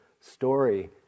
story